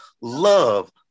love